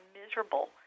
miserable